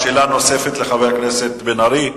שאלה נוספת לחבר הכנסת בן-ארי.